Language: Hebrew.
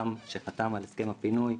שחתם על הסכם הפינוי,